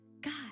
God